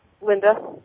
Linda